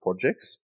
projects